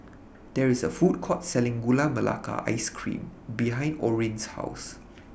There IS A Food Court Selling Gula Melaka Ice Cream behind Orin's House